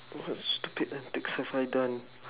what stupid antics have I done